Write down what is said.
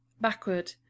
backward